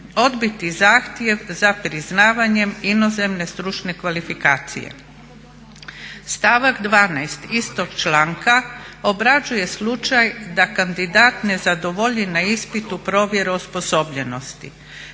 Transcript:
odbiti zahtjev za priznavanjem inozemne stručne kvalifikacije. Stavak 12. istog članka obrađuje slučaj da kandidat ne zadovolji na ispitu provjeru osposobljenosti.